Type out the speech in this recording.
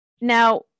Now